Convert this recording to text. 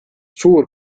suur